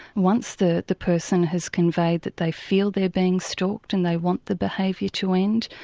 once the the person has conveyed that they feel they are being stalked and they want the behaviour to end,